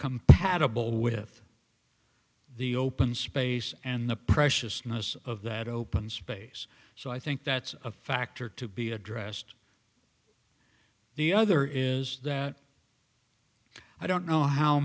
compatible with the open space and the preciousness of that open space so i think that's a factor to be addressed the other is that i don't know how